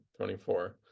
24